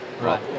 right